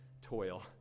toil